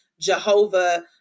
Jehovah